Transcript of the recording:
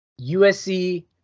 USC